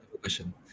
question